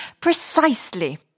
Precisely